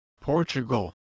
Portugal